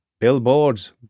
billboards